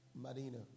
Marina